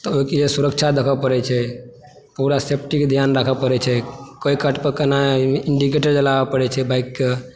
ओहिके लिए सुरक्षा देखऽ पड़ै छै पुरा सेफ्टीके ध्यान राखऽ पड़ै छै कोई कट पर केना इन्डीकेटर जलाबऽ पड़ै छै बाइकके